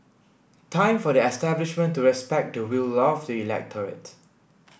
time for the establishment to respect the will of the electorate